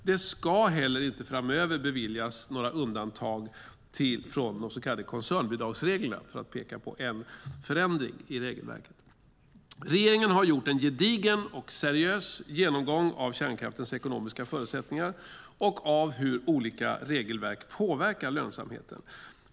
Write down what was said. Det ska inte heller framöver beviljas några undantag från de så kallade koncernbidragsreglerna, för att peka på en förändring i regelverket. Regeringen har gjort en gedigen och seriös genomgång av kärnkraftens ekonomiska förutsättningar och av hur olika regelverk påverkar lönsamheten.